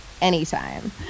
Anytime